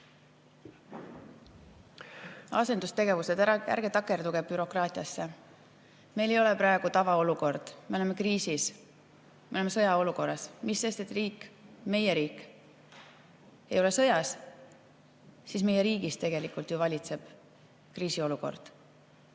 talle. Asendustegevused ... Ärge takerduge bürokraatiasse. Meil ei ole praegu tavaolukord. Me oleme kriisis, me oleme sõjaolukorras, mis sest, et meie riik ei ole sõjas. Meie riigis tegelikult valitseb kriisiolukord.